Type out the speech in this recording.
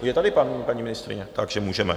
Je tady paní ministryně, takže můžeme.